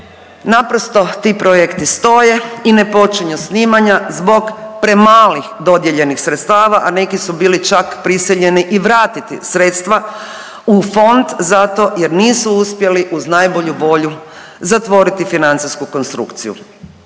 naprosto ti projekti stoje i ne počinju snimanja zbog premalih dodijeljenih sredstava, a neki su bili čak prisiljeni i vratiti sredstva u Fond zato jer nisu uspjeli uz najbolju volju zatvoriti financijsku konstrukciju.